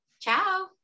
Ciao